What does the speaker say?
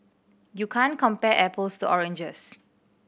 you can't compare apples to oranges